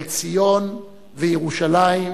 אל ציון וירושלים,